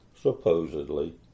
supposedly